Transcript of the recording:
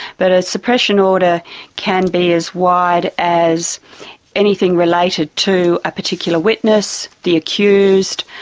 but a suppression order can be as wide as anything related to a particular witness, the accused,